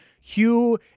Hugh